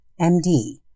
MD